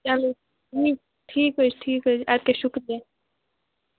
چلو ٹھیٖک ٹھیٖک حظ چھُ ٹھیٖک حظ چھُ اَدٕ کیٛاہ شُکریہ